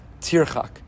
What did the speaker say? tirchak